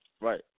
Right